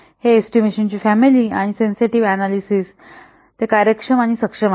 हे एस्टिमेशन ची फॅमिली आणि सेन्सेटिव्ह अनॅलिसिस ते कार्यक्षम आणि सक्षम आहे